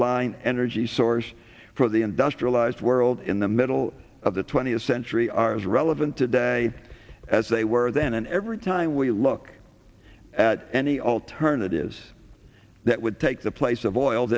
line energy source for the industrialized world in the middle of the twentieth century are as relevant today as they were then and every time we look at any alternatives that would take the place of oil